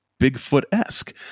bigfoot-esque